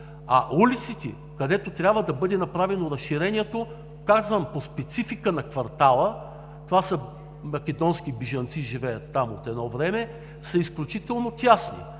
А улиците, където трябва да бъде направено разширението, казвам за спецификата на квартала – там живеят македонски бежанци от едно време, са изключително тесни.